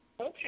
Okay